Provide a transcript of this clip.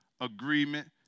agreement